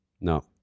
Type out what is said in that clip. No